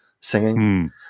singing